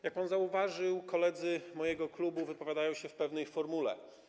Jak pan zauważył, koledzy z mojego klubu wypowiadają się w pewnej formule.